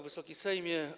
Wysoki Sejmie!